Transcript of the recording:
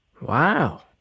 Wow